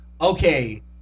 okay